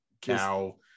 cow